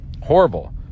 Horrible